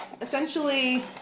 essentially